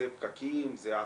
זה פקקים, זה העצבנות,